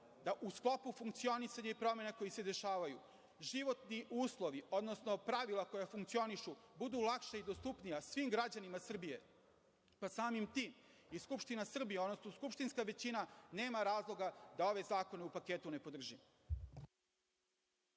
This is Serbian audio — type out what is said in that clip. da u sklopu funkcionisanja i promena koje se dešavaju životni uslovi, odnosno pravila koja funkcionišu budu lakša i dostupnija svim građanima Srbije, pa samim tim i Skupština Srbije, odnosno skupštinska većina nema razloga da ove zakone u paketu ne podrži.